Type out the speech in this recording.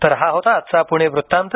तर हा होता आजचा पुणे वृत्तांत